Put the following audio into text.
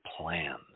plans